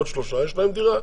עוד שלושה ויש להם דירה.